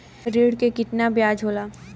ऋण के कितना ब्याज होला?